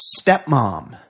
stepmom